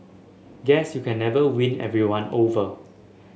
guess you can never win everyone over